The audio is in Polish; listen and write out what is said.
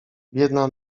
biedna